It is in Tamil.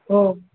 ஓ